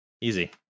easy